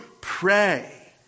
pray